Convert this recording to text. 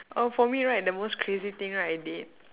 oh for me right the most crazy thing right I did